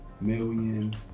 million